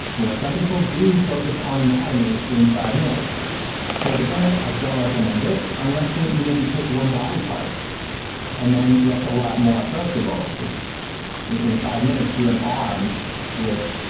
you know, some people do focus on anatomy in five minutes for a beginner i don't recommend it unless yeah you maybe pick one body part and then that's a lot more approachable if into five minutes do an arm with